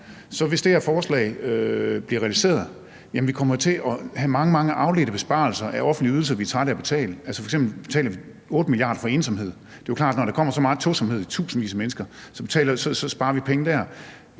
vi, hvis det her forslag bliver realiseret, til at have mange, mange afledte besparelser på offentlige ydelser, vi er trætte af at betale. F.eks. betaler vi 8 mia. kr. for ensomhed. Det er jo klart, at når der kommer så meget tosomhed, nemlig for tusindvis af mennesker, sparer vi penge der.